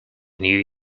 new